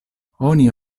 oni